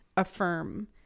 affirm